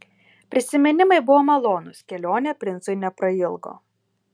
prisiminimai buvo malonūs kelionė princui neprailgo